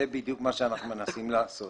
זה בדיוק מה שאנחנו מנסים לעשות.